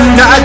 Now